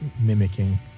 mimicking